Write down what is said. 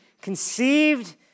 conceived